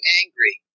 angry